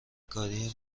کاری